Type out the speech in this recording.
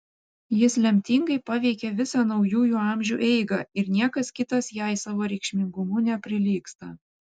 jis lemtingai paveikė visą naujųjų amžių eigą ir niekas kitas jai savo reikšmingumu neprilygsta